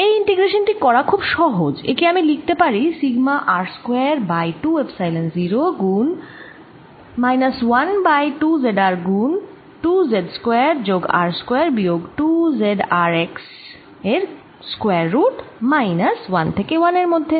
এই ইন্টিগ্রেশান টি করা খুব সহজ একে আমি লিখতে পারি sigma R square by 2 epsilon 0 গুণ মাইনাস 1 বাই 2 z R গুণ 2 z স্কয়ার যোগ R স্কয়ার বিয়োগ 2 z R x এর স্কয়ার রুট মাইনাস 1 থেকে 1 এর মধ্যে